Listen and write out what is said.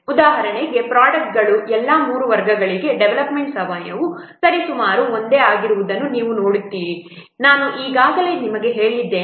ಉದಾಹರಣೆಗೆ ಪ್ರೊಡಕ್ಟ್ಗಳ ಎಲ್ಲಾ 3 ವರ್ಗಗಳಿಗೆ ಡೆವಲಪ್ಮೆಂಟ್ ಸಮಯವು ಸರಿಸುಮಾರು ಒಂದೇ ಆಗಿರುವುದನ್ನು ನೀವು ನೋಡುತ್ತೀರಿ ನಾನು ಈಗಾಗಲೇ ನಿಮಗೆ ಹೇಳಿದ್ದೇನೆ